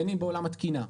בין אם בעולם התקינה,